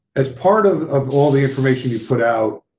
as part of of all the information you put out.